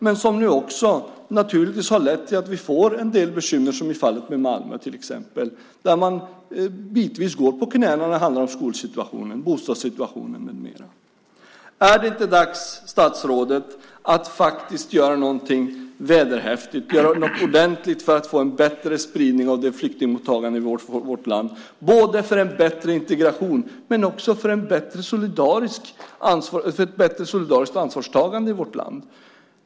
Det har naturligtvis lett till att vi fått en del bekymmer, som i fallet Malmö där man bitvis går på knäna när det handlar om skolsituationen, bostadssituationen med mera. Är det inte dags, statsrådet, att göra något vederhäftigt, göra något ordentligt för att få en bättre spridning av flyktingmottagandet i vårt land, för att få en bättre integration och ett bättre solidariskt ansvarstagande i vårt land?